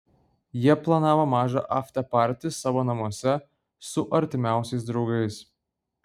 jie planavo mažą aftepartį savo namuose su artimiausiais draugais